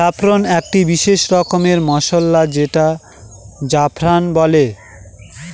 saffron একটি বিশেষ রকমের মসলা যেটাকে জাফরান বলে